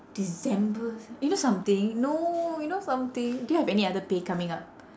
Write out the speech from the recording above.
december you know something no you know something do you have any other pay coming up